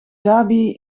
dhabi